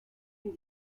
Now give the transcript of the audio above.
est